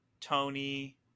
tony